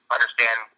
understand